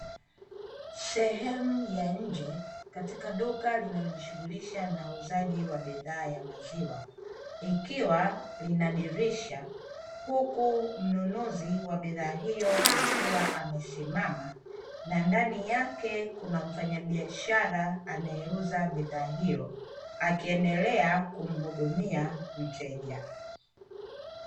Sehemu ya nje katika duka linalojishughulisha na uuzaji wa bidhaa ya maziwa, ikiwa lina dirisha huku mnunuzi wa bidhaa hiyo akiwa amesimama na ndani yake kuna mfanyabiashara anayeuza bidhaa hiyo akiendelea kumhudumia mteja.